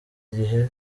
igihe